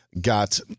got